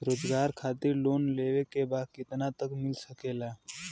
रोजगार खातिर लोन लेवेके बा कितना तक मिल सकेला?